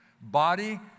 Body